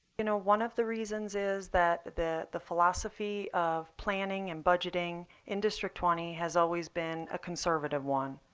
you know, one of the reasons is that that the philosophy of planning and budgeting in district twenty has always been a conservative one.